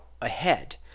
ahead